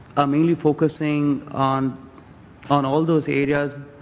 are mainly focusing on on all those areas